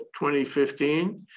2015